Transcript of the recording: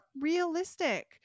realistic